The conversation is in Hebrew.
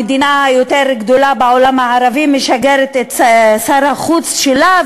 המדינה היותר-גדולה בעולם הערבי משגרת את שר החוץ שלה,